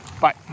Bye